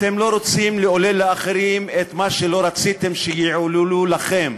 אתם לא רוצים לעולל לאחרים את מה שלא רציתם שיעוללו לכם.